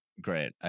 Great